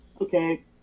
okay